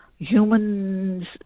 Humans